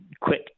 quick